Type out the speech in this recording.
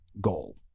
goal